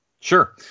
Sure